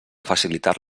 facilitar